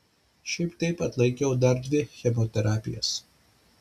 šiaip taip atlaikiau dar dvi chemoterapijas